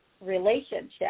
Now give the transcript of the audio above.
relationship